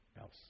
else